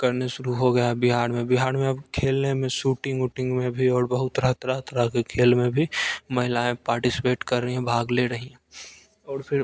करने शुरू हो गया है बिहार में बिहार में अब खेलने में सूटिंग उटिंग में भी और बहुत तरह तरह के खेल में भी महिलाएँ पार्टीसीपेट कर रहीं हैं भाग ले रही हैं और फिर